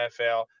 NFL